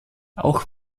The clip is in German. auch